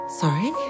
Sorry